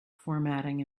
formatting